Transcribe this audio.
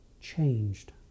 changed